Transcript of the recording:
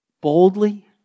boldly